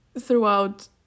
throughout